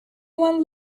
one